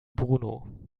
bruno